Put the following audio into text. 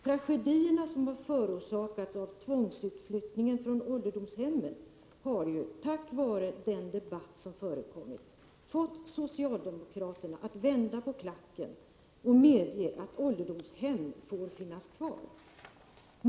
Tragedierna som förorsakats av tvångsutflyttningar från ålderdomshem har, tack vare den debatt som förekommit, fått socialdemokraterna att vända på klacken och medge att ålderdomshemmen får finnas kvar.